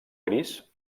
gris